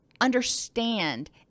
understand